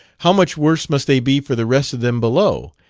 how much worse must they be for the rest of them below!